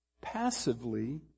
passively